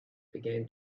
began